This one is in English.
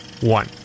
one